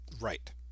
Right